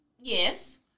Yes